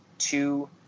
Two